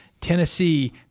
tennessee